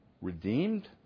redeemed